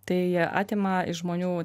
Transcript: tai atima iš žmonių